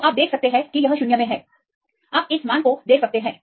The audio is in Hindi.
तो आप देख सकते हैं कि यह शून्य में है आप इस मान को देख सकते हैं